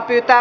asia